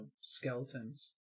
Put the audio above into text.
skeletons